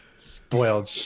spoiled